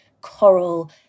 coral